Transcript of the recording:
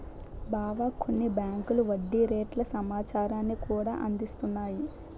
బావా కొన్ని బేంకులు వడ్డీ రేట్ల సమాచారాన్ని కూడా అందిస్తున్నాయి